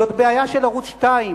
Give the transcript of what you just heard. זאת בעיה של ערוץ-2,